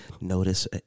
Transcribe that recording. notice